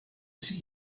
see